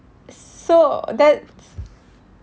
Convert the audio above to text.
so that's